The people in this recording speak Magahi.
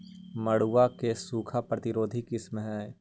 मड़ुआ के सूखा प्रतिरोधी किस्म हई?